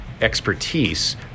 expertise